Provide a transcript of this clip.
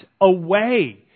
away